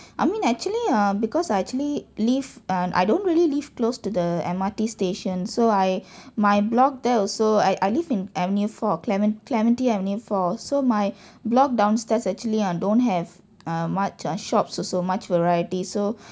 I mean actually ah because I actually live and I don't really live close to the M_R_T station so I my block there also I I live in avenue four clemen~ clementi avenue four so my block downstairs actually ah don't have uh much uh shops also so much variety so